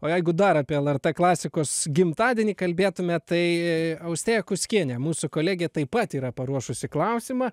o jeigu dar apie lrt klasikos gimtadienį kalbėtume tai austėja kuskienė mūsų kolegė taip pat yra paruošusi klausimą